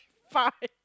fart